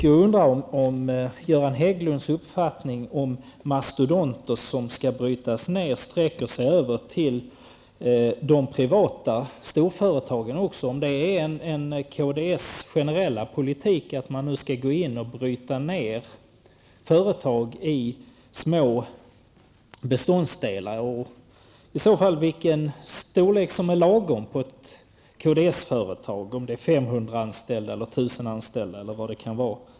Jag undrar om Göran Hägglunds uppfattning om mastodonter som skall brytas ned också sträcker sig till de privata storföretagen. Är det kds generella politik att företag skall brytas ned i små beståndsdelar? Vilken storlek är i så fall lagom på ett kds-företag? Är det företag med 500 anställda, 1 000 anställda eller något annat antal?